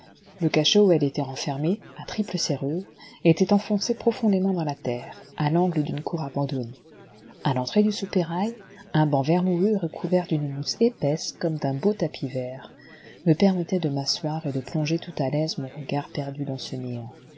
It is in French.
le cachot où elle était renfermée à triple serrure était enfoncé profondément dans la terre à l'angle d'une cour abandonnée à l'entrée du soupirail un banc vermoulu et recouvert d'une mousse épaisse comme d'un beau tapis vert me permettait de m'asseoir et de plonger tout à l'aise mon regard perdu dans ce néant